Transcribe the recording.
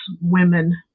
women